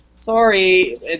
sorry